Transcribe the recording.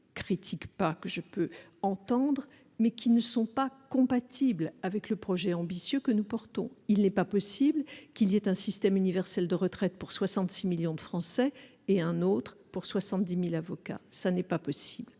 raisons que je puis entendre, mais qui ne sont pas compatibles avec le projet ambitieux que nous portons. Il n'est pas possible qu'il y ait un système universel de retraite pour 66 millions de Français et un autre pour 70 000 avocats. Dans le